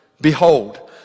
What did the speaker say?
Behold